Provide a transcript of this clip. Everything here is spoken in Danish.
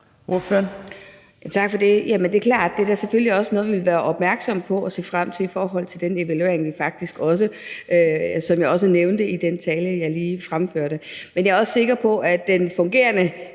klart, at det selvfølgelig også er noget, vi vil være opmærksomme på og se frem til i forhold til den evaluering, som jeg også nævnte i den tale, jeg lige fremførte. Men jeg er også sikker på, at den fungerende